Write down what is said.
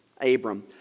Abram